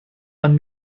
man